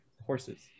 Horses